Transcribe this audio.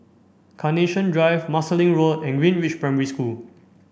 Carnation Drive Marsiling Road and Greenridge Primary School